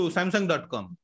Samsung.com